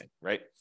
right